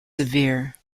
severe